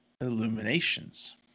Illuminations